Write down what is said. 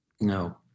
No